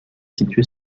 situé